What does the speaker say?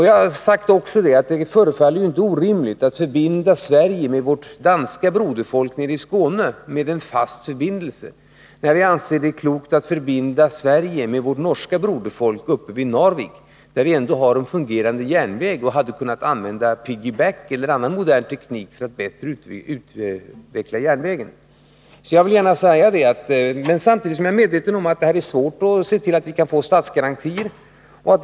Jag har också tidigare sagt att det inte förefaller orimligt att förbinda Sverige med vårt danska broderfolk genom en broförbindelse från Skåne, när vi anser det klokt att förbinda Sverige med vårt norska broderfolk uppe vid Narvik, där vi har en fungerande järnväg och hade kunnat använda piggy-back eller annan modern teknik för att bättre utveckla järnvägen. Jag vill gärna säga detta, samtidigt som jag är medveten om att det är svårt att se till att man kan få statsgarantier.